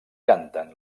canten